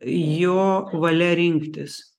jo valia rinktis